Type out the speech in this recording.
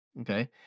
Okay